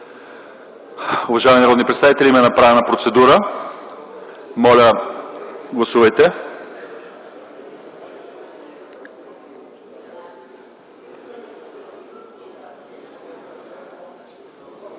Уважаеми народни представители, направена е процедура. Моля, гласувайте.